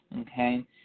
okay